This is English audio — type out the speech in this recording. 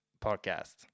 podcast